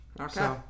Okay